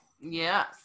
Yes